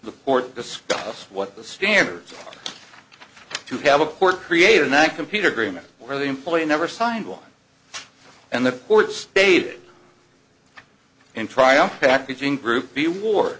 the port discuss what the standards to have a port created that computer grima where the employee never signed on and the court stated in trial packaging group the war